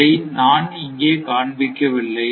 அதை நான் இங்கே காண்பிக்கவில்லை